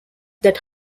that